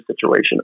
situation